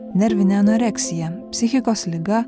nervinė anoreksija psichikos liga